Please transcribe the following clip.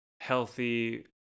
healthy